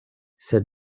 sed